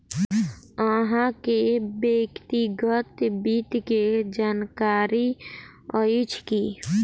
अहाँ के व्यक्तिगत वित्त के जानकारी अइछ की?